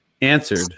answered